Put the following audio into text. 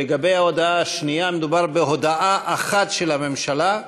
לגבי ההודעה השנייה, מדובר בהודעה אחת של הממשלה,